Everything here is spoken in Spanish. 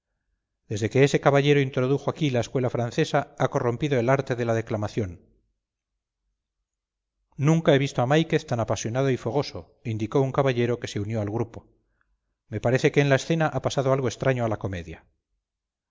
desde que ese caballero introdujo aquí la escuela francesa ha corrompido el arte de la declamación nunca he visto a máiquez tan apasionado y fogoso indicó un caballero que se unió al grupo me parece que en la escena ha pasado algo extraño a la comedia